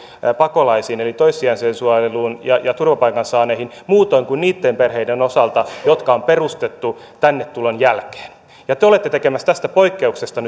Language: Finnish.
pakolaisiin eli toissijaiseen suojeluun ja ja turvapaikan saaneihin muutoin kuin niiden perheiden osalta jotka on perustettu tänne tulon jälkeen te te olette tekemässä tästä poikkeuksesta